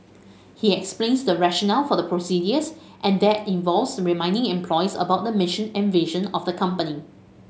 he explains the rationale for the procedures and that involves reminding employees about the mission and vision of the company